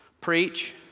Preach